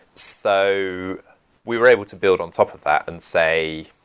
so we were able to build on top of that and say,